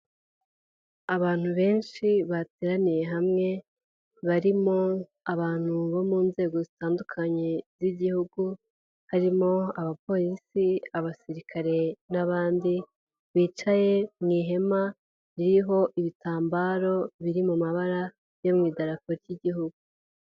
Abantu benshi bateraniye hamwe, barimo abantu bo mu nzego zitandukanye z'Igihugu harimo abapolisi, abasirikare n'abandi, bicaye mu ihema, ririho ibitambaro biri mu mabara yo mu idarapo ry'igihugu.